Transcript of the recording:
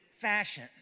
fashion